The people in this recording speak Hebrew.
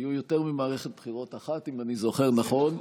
הייתה יותר ממערכת בחירות אחת, אם אני זוכר נכון,